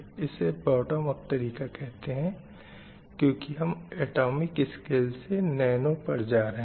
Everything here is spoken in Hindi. इसे बॉटम अप तरीक़ा कहते हैं क्यूँकि हम अटामिक स्केल से नैनो पर जा रहे हैं